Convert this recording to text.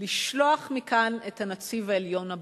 לשלוח מכאן את הנציב העליון הבריטי.